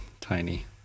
tiny